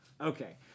okay